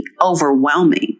overwhelming